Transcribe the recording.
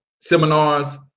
seminars